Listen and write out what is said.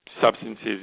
substances